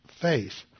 faith